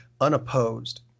unopposed